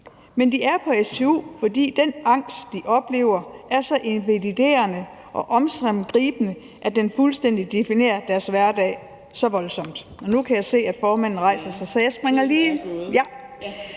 men de er på stu, fordi den angst, de oplever, er så invaliderende og omsiggribende, at den fuldstændig definerer deres hverdag ret så voldsomt. Nu kan jeg se, at formanden rejser sig,